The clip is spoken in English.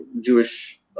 Jewish